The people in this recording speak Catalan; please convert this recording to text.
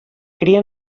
cria